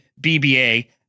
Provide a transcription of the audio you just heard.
BBA